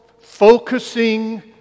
focusing